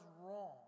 wrong